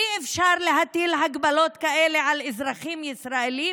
"אי-אפשר להטיל הגבלות כאלה על אזרחים ישראלים,